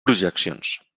projeccions